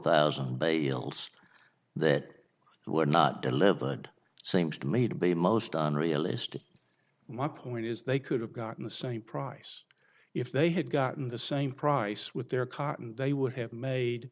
thousand bales that were not delivered seems to me to be most unrealistic my point is they could have gotten the same price if they had gotten the same price with their cotton they would have made